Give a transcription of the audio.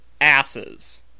asses